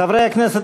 חברי הכנסת,